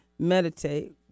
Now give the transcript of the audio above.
meditate